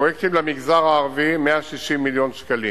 פרויקטים למגזר הערבי, 160 מיליון שקלים.